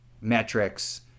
metrics